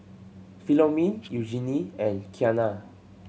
Philomene Eugenie and Kianna